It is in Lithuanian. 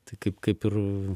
tai kaip kaip ir